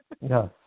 Yes